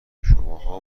شماها